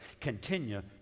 continue